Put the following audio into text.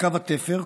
בקו התפר,